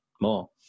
more